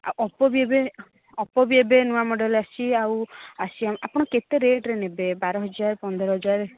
Oppo ବି ଏବେ Oppo ବି ଏବେ ନୂଆ ମଡ଼େଲ୍ ଆସିଛି ଆଉ ଆସିବା ଆପଣ କେତେ ରେଟର ନେବେ ବାର ହଜାର ପନ୍ଦର ହଜାର